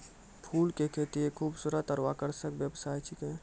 फूल के खेती एक खूबसूरत आरु आकर्षक व्यवसाय छिकै